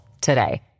today